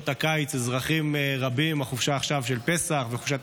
שאזרחים רבים, בחופשה עכשיו של פסח ובחופשת